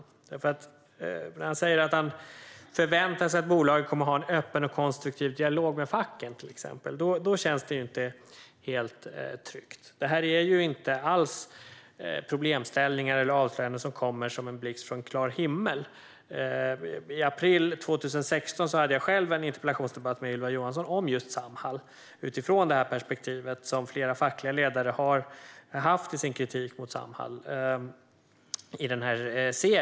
Han säger till exempel att han förväntar sig att bolaget kommer att ha en öppen och konstruktiv dialog med facken. Då känns det inte helt tryggt. Detta är inte alls problem eller avslöjanden som kommer som en blixt från en klar himmel. I april 2016 hade jag en interpellationsdebatt med Ylva Johansson om just Samhall utifrån det perspektiv som flera fackliga ledare har haft i sin kritik mot Samhall.